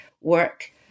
work